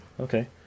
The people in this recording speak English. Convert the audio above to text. Okay